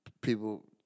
people